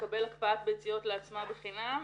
תקבל הקפאת ביציות לעצמה בחינם,